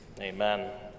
Amen